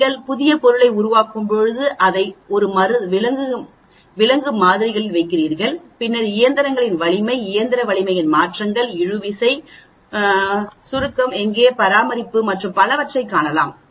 நீங்கள் புதிய பொருளை உருவாக்கும் போது அதை ஒரு விலங்கு மாதிரிகளில் வைத்திருக்கிறீர்கள் பின்னர் இயந்திரங்களின் வலிமை இயந்திர வலிமையின் மாற்றங்கள் இழுவிசை சுருக்க எங்கே பராமரிப்பு மற்றும் பலவற்றைக் காணலாம்